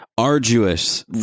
arduous